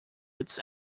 its